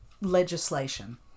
legislation